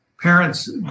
parents